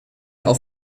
auf